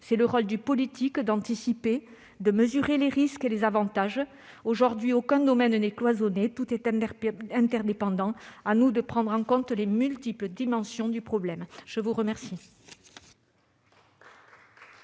C'est le rôle du politique d'anticiper, d'évaluer les risques et les avantages. Aujourd'hui, aucun domaine n'est cloisonné ; tout est interdépendant. À nous de prendre en compte les multiples dimensions du problème. La parole